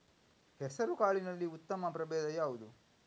ಹೆಸರುಕಾಳಿನಲ್ಲಿ ಉತ್ತಮ ಪ್ರಭೇಧ ಯಾವುದು?